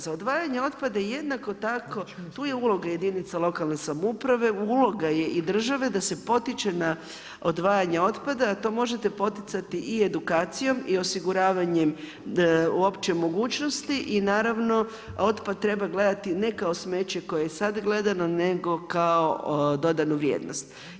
Za odvajanje otpada jednako tako tu je uloga jedinica lokalne samouprave, uloga je i države da se potiče na odvajanje otpada a to možete poticati i edukacijom i osiguravanjem uopće mogućnosti i naravno otpad treba gledati ne kao smeće koje je sada gledano nego kao dodanu vrijednost.